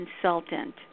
consultant